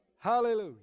Hallelujah